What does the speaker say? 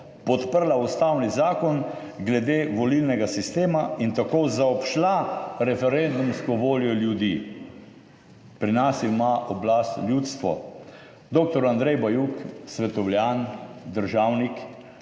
podprla ustavni zakon glede volilnega sistema in tako zaobšla referendumsko voljo ljudi. Pri nas ima oblast ljudstvo. Doktor Andrej Bajuk, svetovljan, državnik,